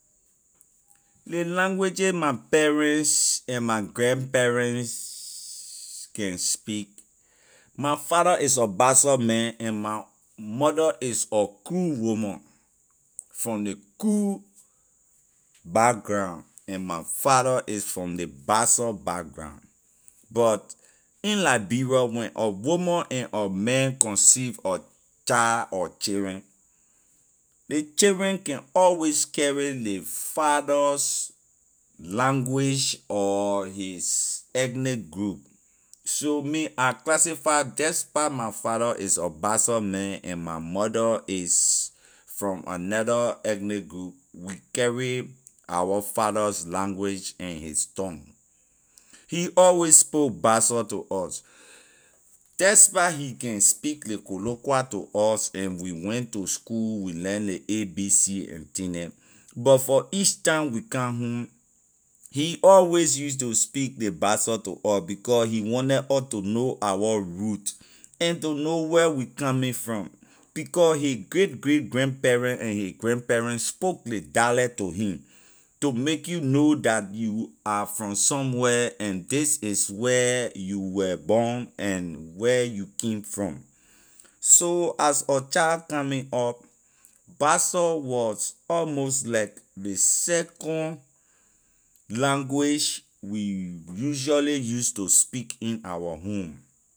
Ley languages my parents and grandparents can speak my father is a bassa man and my mother is a kru woman from ley kru background and my father is from ley bassa background but in liberia when a woman and a man conceive a child or children ley children can always carry ley father's language or his ethnic group so me I classify jeh pah my father is a bassa man and my mother is from another ethnic group we carry our father language and his tongue he always spoke bassa to us des pah he can speak ley koloqua to us and we went to school we learn ley abc and thing neh but for each time we come home he always use to speak ley bassa to us becor he wanted us to know our root and to know where we coming from becor his great great grandparent and his grandparent spoke ley dialect to him to make you know that you are from somewhere and this is where you were born and where you came from so as a child coming up bassa was almost like ley second language we usually use to speak in our home.